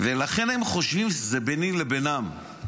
ולכן הם חושבים שזה ביני לבינם,